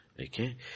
Okay